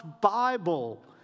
Bible